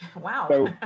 Wow